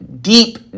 deep